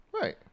Right